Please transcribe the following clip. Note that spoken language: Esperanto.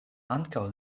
ankaŭ